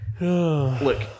Look